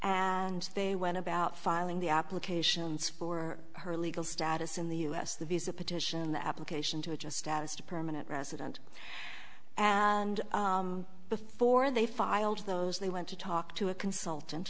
and they went about filing the applications for her legal status in the us the visa petition application to adjust status to permanent resident and before they filed those they went to talk to a consultant